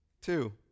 two